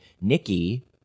nikki